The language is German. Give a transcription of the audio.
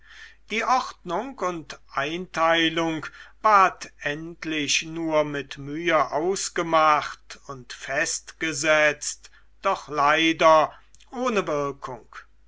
die ordnung und einteilung ward endlich nur mit mühe ausgemacht und festgesetzt doch leider ohne wirkung